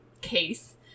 case